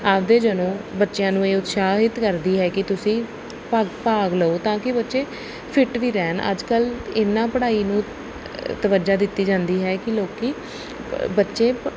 ਆਪਦੇ ਜਨੋ ਬੱਚਿਆਂ ਨੂੰ ਇਹ ਉਤਸ਼ਾਹਿਤ ਕਰਦੀ ਹੈਗੀ ਤੁਸੀਂ ਭਾ ਭਾਗ ਲਓ ਤਾਂ ਕਿ ਬੱਚੇ ਫਿੱਟ ਵੀ ਰਹਿਣ ਅੱਜ ਕੱਲ੍ਹ ਇੰਨਾਂ ਪੜ੍ਹਾਈ ਨੂੰ ਤਵੱਜਾ ਦਿੱਤੀ ਜਾਂਦੀ ਹੈ ਕਿ ਲੋਕ ਬੱਚੇ